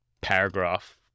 paragraph